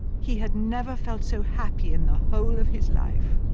he had never felt so happy in the whole of his life.